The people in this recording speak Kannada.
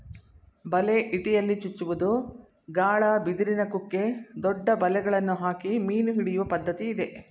ಬಲೆ, ಇಟಿಯಲ್ಲಿ ಚುಚ್ಚುವುದು, ಗಾಳ, ಬಿದಿರಿನ ಕುಕ್ಕೆ, ದೊಡ್ಡ ಬಲೆಗಳನ್ನು ಹಾಕಿ ಮೀನು ಹಿಡಿಯುವ ಪದ್ಧತಿ ಇದೆ